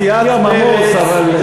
וסיעת מרצ, יום עמוס, אבל תודה רבה.